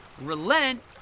relent